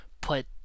put